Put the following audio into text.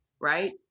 Right